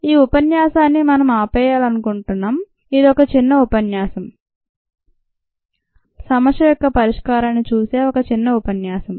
ఈ ఉపన్యాసాన్ని మనం ఆపేయగలమనుకుంటున్నాను ఇది ఒక చిన్న ఉపన్యాసం సమస్యయొక్క పరిష్కారాన్ని చూసే ఒక చిన్న ఉపన్యాసం